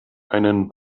einen